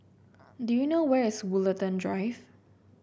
do you know where is Woollerton Drive